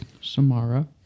Samara